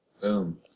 Boom